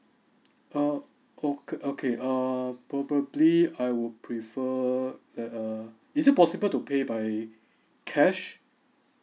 uh okay okay err probably I would prefer that err is it possible to pay by cash